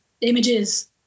images